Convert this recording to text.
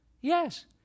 yes